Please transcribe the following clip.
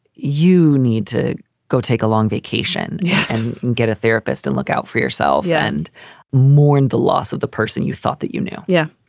you need to go take a long vacation and get a therapist and look out for yourself yeah and mourn the loss of the person you thought that you knew. yeah,